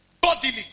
bodily